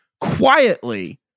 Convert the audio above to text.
Quietly